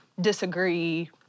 disagree